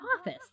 office